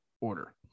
order